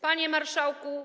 Panie Marszałku!